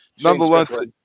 nonetheless